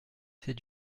c’est